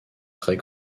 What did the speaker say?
très